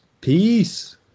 Peace